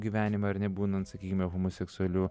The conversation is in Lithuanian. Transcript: gyvenimą ar ne būnant sakykime homoseksualiu